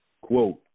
Quote